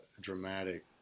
dramatic